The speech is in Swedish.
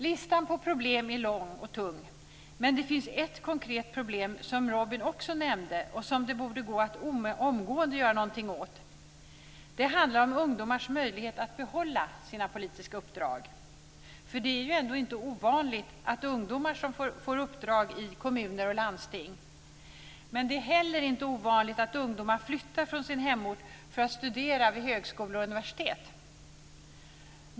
Listan på problem är lång och tung. Men det finns ett konkret problem som Robin också nämnde som det borde gå att omgående göra något åt. Det handlar om ungdomars möjlighet att behålla sina politiska uppdrag. Det är ju ändå inte ovanligt att ungdomar får uppdrag i kommuner och landsting. Men det är heller inte ovanligt att ungdomar flyttar från sina hemorter för att studera vid högskolor och universitet.